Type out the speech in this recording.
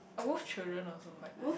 oh Wolf Children also quite nice